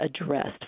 addressed